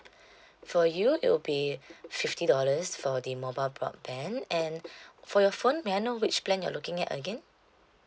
for you it would be fifty dollars for the mobile broadband and for your phone may I know which plan you're looking at again